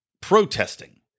protesting